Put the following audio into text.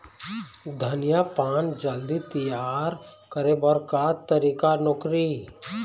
धनिया पान जल्दी तियार करे बर का तरीका नोकरी?